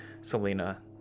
Selena